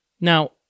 Now